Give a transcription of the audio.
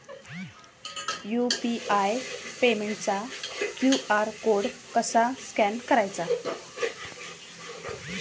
UPI पेमेंटचा QR code कसा scan करायचा?